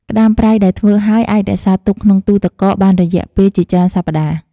ក្ដាមប្រៃដែលធ្វើហើយ អាចរក្សាទុកក្នុងទូទឹកកកបានរយៈពេលជាច្រើនសប្តាហ៍។